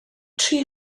tri